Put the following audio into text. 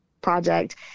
project